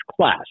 class